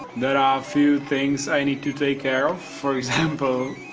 there are few things i need to take care of, for example,